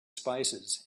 spices